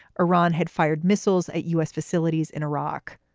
iran had fired missiles at u s. facilities in iraq.